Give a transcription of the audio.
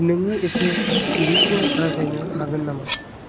नोङो इसे सिरिसिन रायज्लायनो हागोन नामा